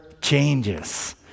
changes